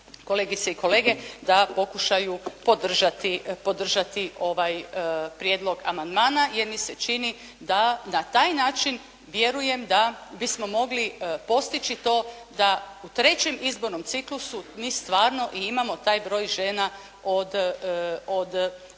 da pokušaju podržati ovaj prijedlog amandmana jer mi se čini da na taj način vjerujem da bismo mogli postići to da u trećem izbornom ciklusu mi stvarno i imamo taj broj žena od 40%.